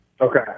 Okay